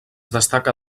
destaca